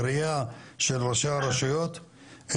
בראייה של ראשי הרשויות.